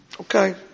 Okay